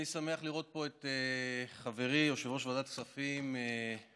אני שמח לראות פה את חברי יושב-ראש ועדת הכספים גפני,